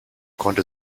konnte